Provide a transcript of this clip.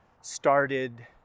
started